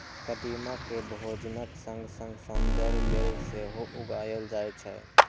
कदीमा कें भोजनक संग संग सौंदर्य लेल सेहो उगायल जाए छै